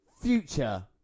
Future